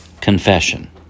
Confession